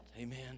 Amen